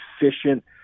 efficient